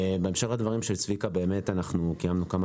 בהמשך לדברים של צביקה אנחנו קיימנו כמה